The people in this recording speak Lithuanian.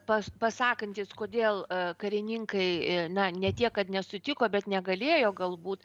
pas pasakantys kodėl karininkai na ne tiek kad nesutiko bet negalėjo galbūt